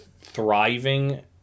thriving